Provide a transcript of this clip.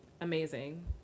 amazing